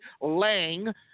Lang